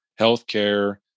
healthcare